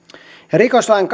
rikoslain